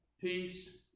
peace